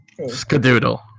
Skadoodle